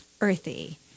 earthy